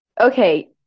Okay